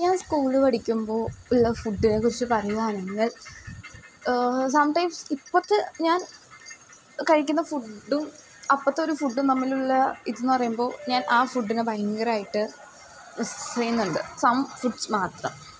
ഞാൻ സ്കൂളിൽ പഠിക്കുമ്പോൾ ഉള്ള ഫുഡിനെക്കുറിച്ച് പറയുകയാണെങ്കിൽ സം ടൈംസ് ഇപ്പോഴത്തെ ഞാൻ കഴിക്കുന്ന ഫുഡും അപ്പോഴത്തൊരു ഫുഡും തമ്മിലുള്ള ഇതെന്നു പറയുമ്പോൾ ഞാൻ ആ ഫുഡിനെ ഭയങ്കരമായിട്ട് മിസ്സ് ചെയ്യുന്നുണ്ട് സം ഫുഡ്സ് മാത്രം